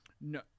No